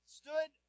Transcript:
stood